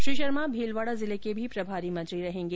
श्री शर्मा भीलवाड़ा जिले के भी प्रभारी मंत्री रहेंगे